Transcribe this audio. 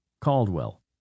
Caldwell